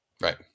Right